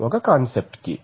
ఒక కాన్సెప్ట్ కి